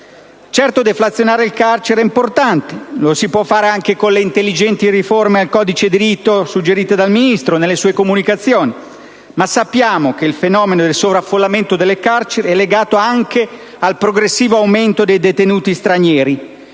Certo, deflazionare il carcere è importante. Lo si può fare anche con le intelligenti riforme al codice di rito suggerite dal Ministro nelle sue comunicazioni. Ma sappiamo che il fenomeno del sovraffollamento delle carceri è legato anche al progressivo aumento dei detenuti stranieri